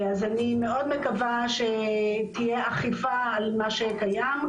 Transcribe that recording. אני מאוד מקווה שתהיה אכיפה על מה שקיים,